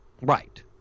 Right